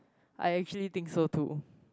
I actually think so too